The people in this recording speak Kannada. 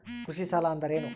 ಕೃಷಿ ಸಾಲ ಅಂದರೇನು?